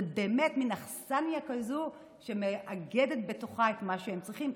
זה באמת מין אכסניה כזאת שמאגדת בתוכה את מה שהם צריכים,